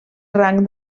rang